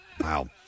Wow